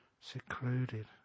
secluded